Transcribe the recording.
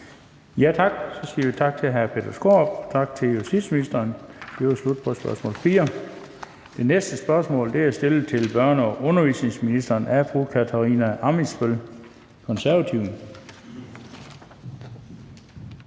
Tak. Så siger vi tak til hr. Peter Skaarup og til justitsministeren. Det var slut på spørgsmål 4. Det næste spørgsmål er stillet til børne- og undervisningsministeren af fru Katarina Ammitzbøll, Konservative.